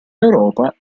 europa